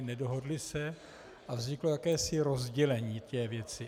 Nedohodli se a vzniklo jakési rozdělení té věci.